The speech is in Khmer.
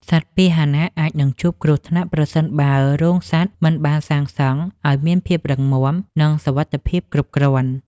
សត្វពាហនៈអាចនឹងជួបគ្រោះថ្នាក់ប្រសិនបើរោងសត្វមិនបានសាងសង់ឱ្យមានភាពរឹងមាំ និងសុវត្ថិភាពគ្រប់គ្រាន់។